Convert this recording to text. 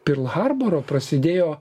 pirl harboro prasidėjo